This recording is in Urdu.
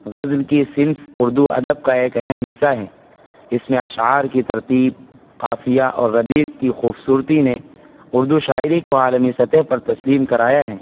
غزل کی صنف اردو ادب کا ایک اہم حصہ ہے اس میں اشعار کی ترتیب قافیہ اور ردیف کی خوبصورتی نے اردو شاعری کو عالمی سطح پر تسلیم کرایا ہے